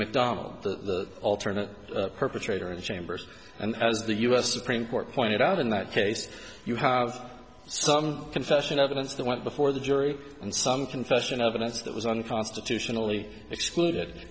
macdonald the alternate perpetrator in chambers and as the u s supreme court pointed out in that case you have some confession evidence that went before the jury and some confession evidence that was unconstitutionally excluded